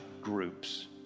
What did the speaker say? groups